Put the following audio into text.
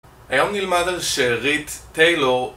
היום נלמד על שארית טיילור